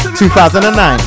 2009